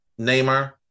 Neymar